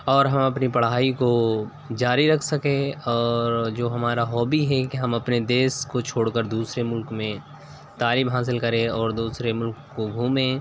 اور ہم اپنی پڑھائی کو جاری رکھ سکیں اور جو ہمارا ہابی ہے کہ ہم اپنے دیش کو چھوڑ کر دوسرے ملک میں تعلیم حاصل کریں اور دوسرے ملک کو گھومیں